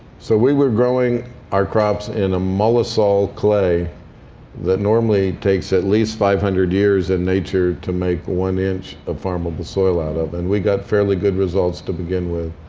so we were growing our crops in a mollisol clay that normally takes at least five hundred years in nature to make one inch of farmable soil out of. and we got fairly good results to begin with.